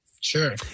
Sure